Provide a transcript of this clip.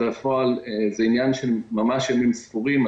לפועל זה עניין ממש של ימים ספורים.